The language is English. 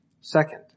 Second